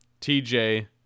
TJ